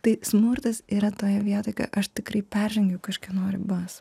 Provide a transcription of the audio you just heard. tai smurtas yra toje vietojkai aš tikrai peržengiu kažkieno ribas